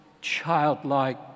childlike